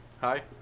hi